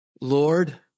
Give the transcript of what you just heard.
Lord